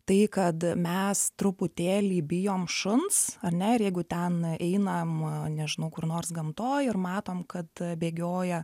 tai kad mes truputėlį bijom šuns ar ne ir jeigu ten einam nežinau kur nors gamtoj ir matom kad bėgioja